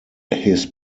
his